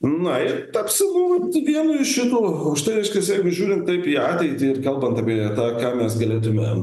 na ir tapsi nu vat vienu iš šitų o štai reiškias jeigu žiūrint taip į ateitį ir kalbant apie tą ką mes galėtumėm